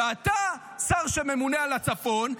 ואתה שר שממונה על הצפון,